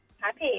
happy